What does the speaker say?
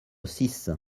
six